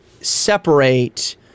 separate